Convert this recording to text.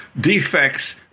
defects